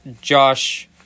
Josh